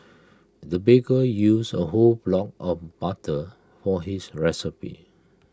the baker used A whole block of butter for his recipe